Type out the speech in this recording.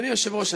אדוני היושב-ראש,